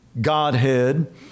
godhead